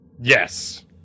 yes